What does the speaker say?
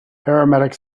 paramedic